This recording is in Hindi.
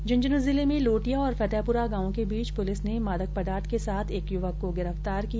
झुंझुनू जिले में लोटिया और फतेहपुरा गांव के बीच पुलिस ने मादक पदार्थ के साथ एक युवक को गिरफ्तार किया